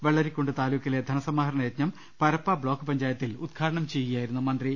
വെളളരിക്കുണ്ട് താലൂക്കിലെ ധനസമാ ഹരണ യജ്ഞം പരപ്പ ബ്ലോക്ക് പഞ്ചായത്തിൽ ഉദ്ഘാടനം ചെയ്യു കയായിരുന്നു മന്ത്രി